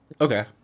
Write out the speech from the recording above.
Okay